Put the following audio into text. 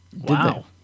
wow